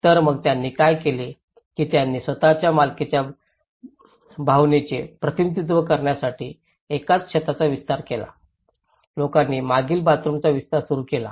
तर मग त्यांनी काय केले की त्यांनी स्वतःच्या मालकीच्या भावनेचे प्रतिनिधित्व करण्यासाठी एकाच छताचा विस्तार केला लोकांनी मागील बाथरूमचा विस्तार सुरू केला